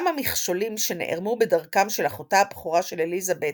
גם המכשולים שנערמו בדרכם של אחותה הבכורה של אליזבת